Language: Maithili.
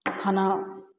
खाना